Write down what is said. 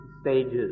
stages